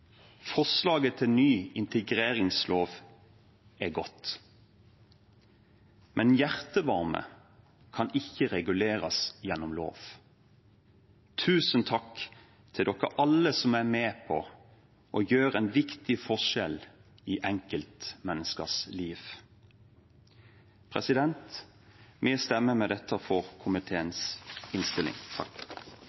Forslaget til ny integreringslov er godt. Men hjertevarme kan ikke reguleres gjennom lov. Tusen takk til alle dere som er med på å gjøre en viktig forskjell i enkeltmenneskers liv! Vi stemmer med dette for